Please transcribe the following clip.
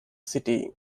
city